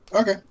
Okay